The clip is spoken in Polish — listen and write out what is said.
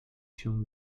się